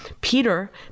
Peter